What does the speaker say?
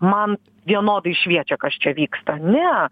man vienodai šviečia kas čia vyksta ne